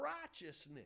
righteousness